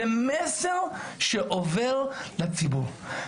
זה מסר שעובר לציבור.